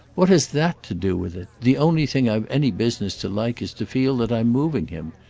what has that to do with it? the only thing i've any business to like is to feel that i'm moving him.